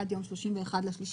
עד יום 31 במרץ,